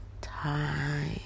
time